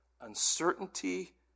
uncertainty